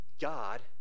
God